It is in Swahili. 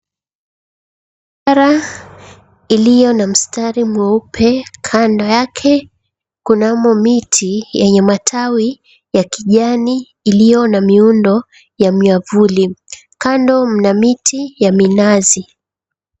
Barabara iliyo na msitari mweupe, kando yake kunayo miti yenye matawi ya kijani iliyo na muundo ya miavuli pamoja na mnazi.